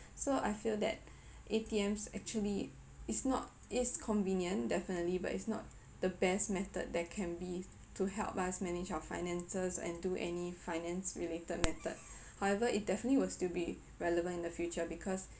so I feel that A_T_Ms actually it's not it is convenient definitely but it's not the best method that can be to help us manage our finances and do any finance related method however it definitely will still be relevant in the future because